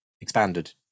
expanded